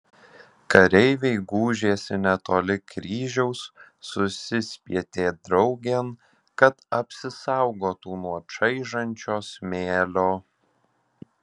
kareiviai gūžėsi netoli kryžiaus susispietė draugėn kad apsisaugotų nuo čaižančio smėlio